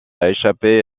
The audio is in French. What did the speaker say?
échapper